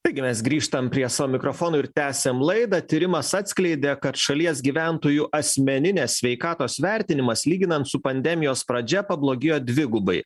taigi mes grįžtam prie savo mikrofonų ir tęsiam laidą tyrimas atskleidė kad šalies gyventojų asmeninės sveikatos vertinimas lyginant su pandemijos pradžia pablogėjo dvigubai